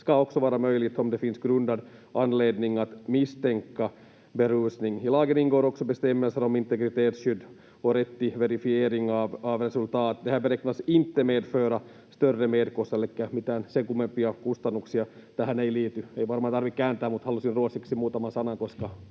ska också vara möjligt om det finns grundad anledning att misstänka berusning. I lagen ingår också bestämmelser om integritetsskydd och rätt till verifiering av resultat. Det här beräknas inte medföra större merkostnader. Elikkä mitään sen kummempia kustannuksia tähän ei liity. Ei varmaan tarvitse kääntää, mutta halusin ruotsiksi muutaman sanan,